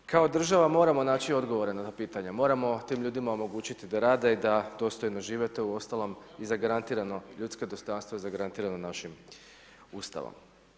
Kao država moramo naći odgovore na pitanja, moramo tim ljudima omogućiti da rade i da dostojno žive, to je uostalom i zagarantirano, ljudsko dostojanstvo je zagarantirano našim Ustavom.